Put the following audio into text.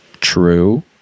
true